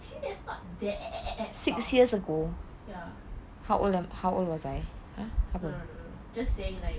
actually that's not that soft just saying like